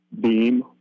beam